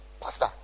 Pastor